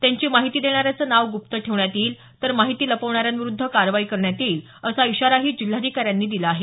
त्यांची माहिती देणाऱ्यांच नाव गुप्प ठेवण्यात येईल तर माहिती लपवणाऱ्यांविरूद्ध कारवाई करण्यात येईल असा इशाराही जिल्हाधिकाऱ्यांनी दिला आहे